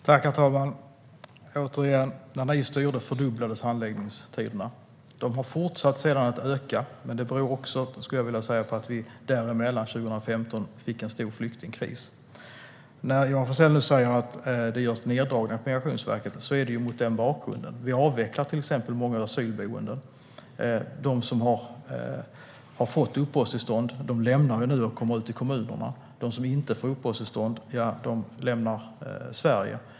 Herr talman! Jag säger återigen: När ni styrde fördubblades handläggningstiderna. De har sedan fortsatt att öka. Men det beror också, skulle jag vilja säga, på att vi däremellan, 2015, fick en stor flyktingkris. Johan Forssell säger att det görs neddragningar på Migrationsverket. Det sker mot den bakgrunden. Vi avvecklar till exempel många asylboenden. De som har fått uppehållstillstånd kommer nu ut i kommunerna. De som inte får uppehållstillstånd lämnar Sverige.